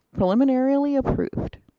preliminarily approved,